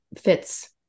fits